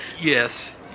Yes